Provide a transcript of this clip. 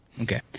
Okay